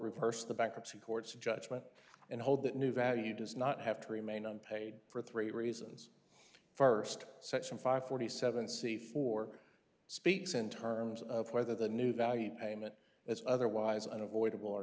reverse the bankruptcy courts judgment and hold that new value does not have to remain unpaid for three reasons first section five forty seven c four speaks in terms of whether the new value payment is otherwise unavoidable or